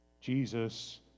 Jesus